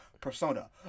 persona